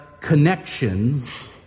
connections